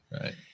Right